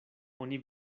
oni